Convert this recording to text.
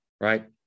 right